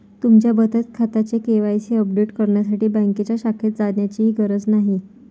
तुमच्या बचत खात्याचे के.वाय.सी अपडेट करण्यासाठी बँकेच्या शाखेत जाण्याचीही गरज नाही